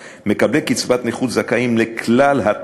מקבלי קצבת נכות זכאים לכלל הטבות